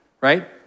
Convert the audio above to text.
right